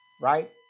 Right